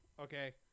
okay